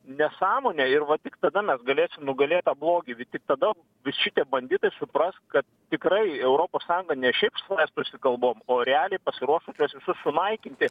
nesąmonę ir tik tada mes galėsim nugalėt tą blogį tik tada visi šitie banditai supras kad tikrai europos sąjunga ne šiaip sau mestųsi kalbom o realiai pasiruošusios visus sunaikinti